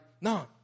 No